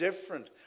different